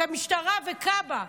משטרה וכב"א,